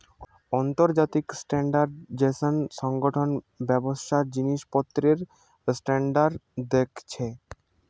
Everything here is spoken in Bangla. আন্তর্জাতিক স্ট্যান্ডার্ডাইজেশন সংগঠন ব্যবসার জিনিসপত্রের স্ট্যান্ডার্ড দেখছে